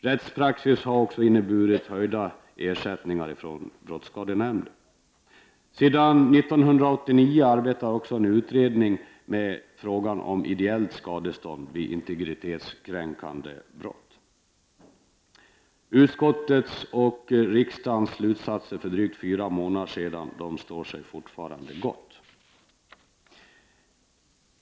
Rättspraxis har också inneburit höjda ersättningar från brottsskadenämnden. Sedan 1989 arbetar också en utredning med frågan om ideellt skadestånd vid integritetskränkande brott. Utskottets och riksdagens slutsatser för drygt fyra månader sedan står sig fortfarande gott.